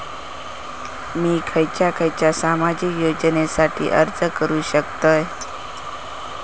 मी खयच्या खयच्या सामाजिक योजनेसाठी अर्ज करू शकतय?